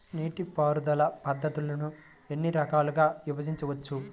నీటిపారుదల పద్ధతులను ఎన్ని రకాలుగా విభజించవచ్చు?